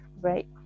right